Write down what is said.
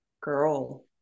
Girl